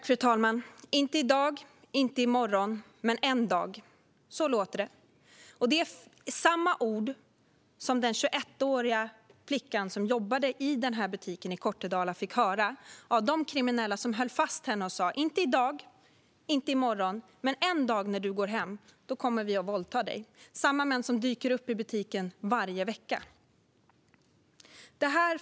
Fru talman! Inte i dag, inte i morgon, men en dag. Så låter det. Det är samma ord som den 21-åriga flickan som jobbade i butiken i Kortedala fick höra av de kriminella som höll fast henne och sa: Inte i dag, inte i morgon, men en dag när du går hem kommer vi att våldta dig. Det är samma män som dyker upp i butiken varje vecka.